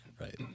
Right